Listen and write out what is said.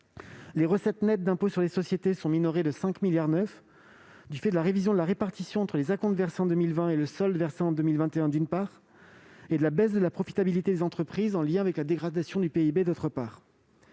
Les recettes nettes d'impôt sur les sociétés sont minorées de 5,9 milliards d'euros, du fait de la révision de la répartition entre les acomptes versés en 2020 et le solde versé en 2021, d'une part, et de la baisse de la profitabilité des entreprises, en lien avec la dégradation du produit